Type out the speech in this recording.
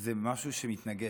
זה משהו שמתנגש,